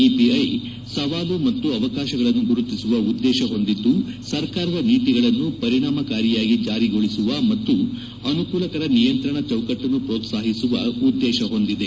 EPI ಸವಾಲು ಮತ್ತು ಅವಕಾಶಗಳನ್ನು ಗುರುತಿಸುವ ಉದ್ಲೇಶ ಹೊಂದಿದ್ದು ಸರ್ಕಾರದ ನೀತಿಗಳನ್ನು ಪರಿಣಾಮಕಾರಿಯಾಗಿ ಜಾರಿಗೊಳಿಸುವ ಮತ್ತು ಅನುಕೂಲಕರ ನಿಯಂತ್ರಣ ಚೌಕಟ್ಟನ್ನು ಮ್ರೋತ್ಸಾಹಿಸುವ ಉದ್ದೇಶ ಹೊಂದಿದೆ